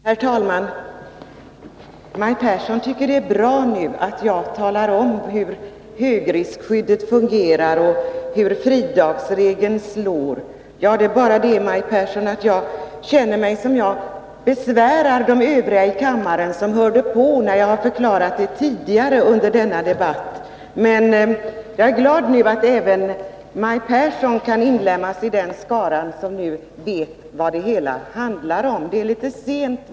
Herr talman! Maj Pehrsson tycker att det är bra att jag nu talar om hur högriskskyddet fungerar och hur fridagsregeln slår. Det är bara det, Maj Pehrsson, att jag känner att jag besvärar de övriga i kammaren, som hörde på när jag förklarade detta tidigare under debatten. Men jag är glad att även Maj Pehrsson nu kan inlemmas i den skara som vet vad det hela handlar om, även om det är litet sent.